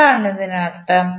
എന്താണ് ഇതിനർത്ഥം